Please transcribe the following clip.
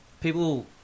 People